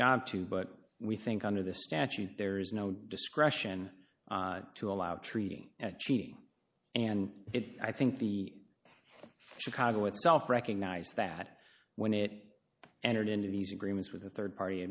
job to but we think under the statute there is no discretion to allow treating at cheating and it i think the chicago itself recognized that when it entered into these agreements with a rd party